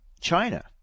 China